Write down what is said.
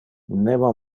nemo